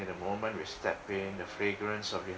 the moment we stepped in the fragrance of